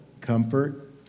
comfort